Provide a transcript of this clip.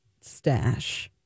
stash